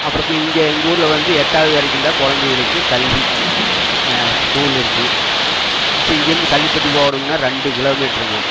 அப்புறம் கி இங்கே எங்கள் ஊரில் வந்து எட்டாவது வரைக்கும் தான் குழந்தைகளுக்கு கல்வி ஸ்கூல் இருக்குது இப்போ இங்கிருந்து கள்ளிப்பட்டி போகணும்னா ரெண்டு கிலோமீட்ருங்க